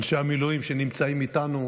הינה, היא יושבת כאן,